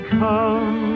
come